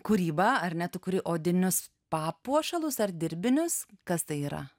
kūrybą ar ne tu kuri odinius papuošalus ar dirbinius kas tai yra